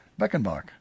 Beckenbach